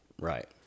Right